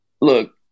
look